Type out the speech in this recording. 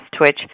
Twitch